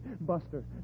Buster